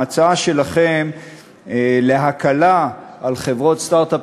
ההצעה שלכם להקלה על חברות סטרט-אפ